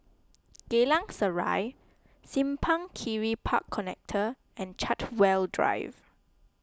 Geylang Serai Simpang Kiri Park Connector and Chartwell Drive